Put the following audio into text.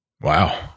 Wow